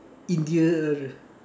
India